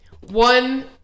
One